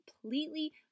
completely